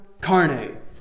carne